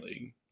League